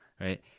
right